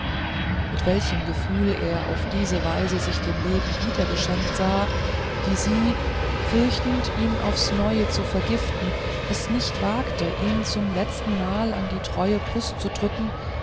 mit welchem gefühl er auf diese weise sich dem leben wiedergeschenkt sah wie sie fürchtend ihn auf's neue zu vergiften es nicht wagte ihn zum letzten mal an die treue brust zu drücken